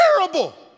terrible